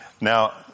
Now